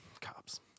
Cops